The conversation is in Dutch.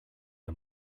een